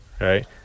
right